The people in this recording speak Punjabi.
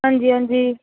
ਹਾਂਜ ਹਾਂਜੀ